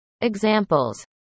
examples